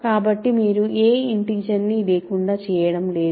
కాబట్టి మీరు ఏ ఇంటిజర్ ని లేకుండా చేయడం లేదు